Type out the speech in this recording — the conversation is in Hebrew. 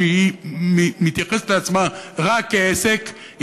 שמתייחסת לעצמה רק כעסק,